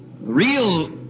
real